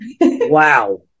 wow